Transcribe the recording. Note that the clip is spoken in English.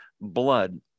blood